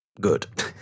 good